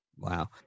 Wow